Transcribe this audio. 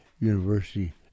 university